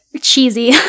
cheesy